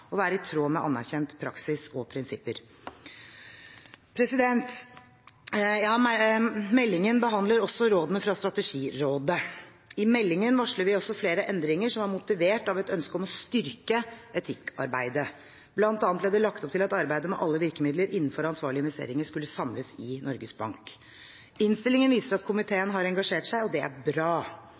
og være i tråd med anerkjent praksis og prinsipper. Meldingen behandler også rådene fra Strategirådet. I meldingen varsler vi også flere endringer som var motivert av et ønske om å styrke etikkarbeidet. Blant annet ble det lagt opp til at arbeidet med alle virkemidler innenfor ansvarlige investeringer skulle samles i Norges Bank. Innstillingen viser at komiteen har engasjert seg, og det er bra.